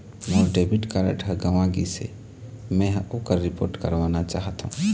मोर debit card ह गंवा गिसे, मै ह ओकर रिपोर्ट करवाना चाहथों